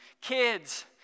Kids